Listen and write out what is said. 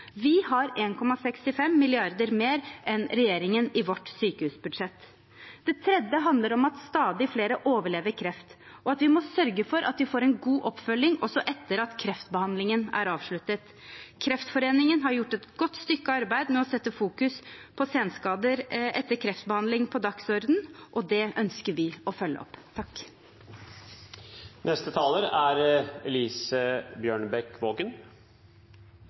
Vi har 1,65 mrd. kr mer enn regjeringen i vårt sykehusbudsjett. Det tredje handler om at stadig flere overlever kreft, og at vi må sørge for at vi får en god oppfølging også etter at kreftbehandlingen er avsluttet. Kreftforeningen har gjort et godt stykke arbeid med å sette fokus på senskader etter kreftbehandling på dagsordenen, og det ønsker vi å følge opp.